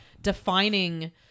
defining